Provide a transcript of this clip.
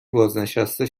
بازنشسته